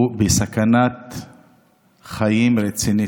הוא בסכנת חיים רצינית.